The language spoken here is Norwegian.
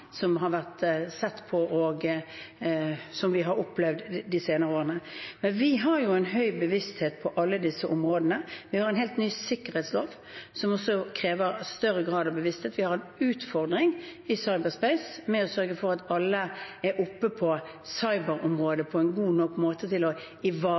som har vært sett på, og som vi har opplevd de senere årene. Vi har en høy bevissthet på alle disse områdene. Vi har en helt ny sikkerhetslov, som også krever større grad av bevissthet. Vi har en utfordring i cyberspace med å sørge for at alle er oppe på cyberområdet på en god nok måte til å